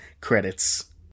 credits